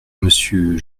monsieur